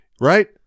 Right